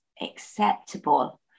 acceptable